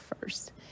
first